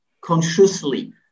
consciously